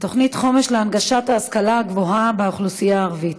תוכנית חומש להנגשת ההשכלה הגבוהה באוכלוסייה הערבית,